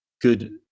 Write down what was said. good